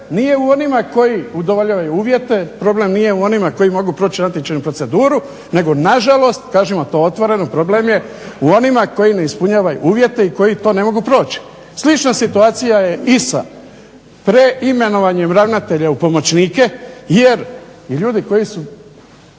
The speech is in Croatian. nije u onima koji udovoljavaju uvjete problem nije u onima koji mogu proći natječajnu proceduru nego nažalost, kažem vam to otvoreno problem je onima koji ne ispunjavaju uvjete i koji to ne mogu proći. Slična situacija je i sa preimenovanjem ravnatelja u pomoćnike jer ljudi koji su